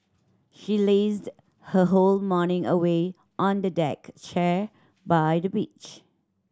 she lazed her whole morning away on a deck chair by the beach